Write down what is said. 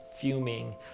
fuming